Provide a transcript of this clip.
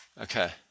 Okay